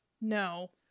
No